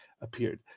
appeared